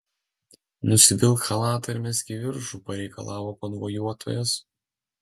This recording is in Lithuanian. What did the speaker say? nusivilk chalatą ir mesk į viršų pareikalavo konvojuotojas